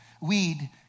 weed